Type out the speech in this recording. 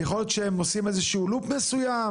יכול להיות שהם עושים איזשהו לופ מסוים,